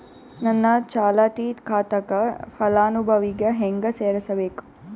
ನನ್ನ ಚಾಲತಿ ಖಾತಾಕ ಫಲಾನುಭವಿಗ ಹೆಂಗ್ ಸೇರಸಬೇಕು?